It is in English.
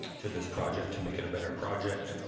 to this project, to make it a better project.